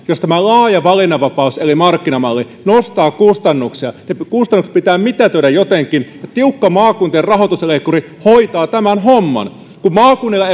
jos tämä laaja valinnanvapaus eli markkinamalli nostaa kustannuksia niin kustannukset pitää mitätöidä jotenkin tiukka maakuntien rahoitusleikkuri hoitaa tämän homman kun maakunnilla